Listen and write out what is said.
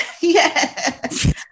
Yes